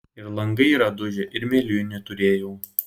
ir langai yra dužę ir mėlynių turėjau